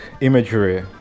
imagery